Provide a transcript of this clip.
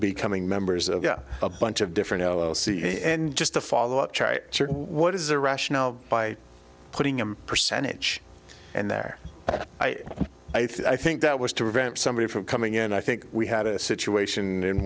becoming members of a bunch of different l l c and just a follow up what is the rationale by putting him percentage and there i i think that was to prevent somebody from coming in and i think we had a situation in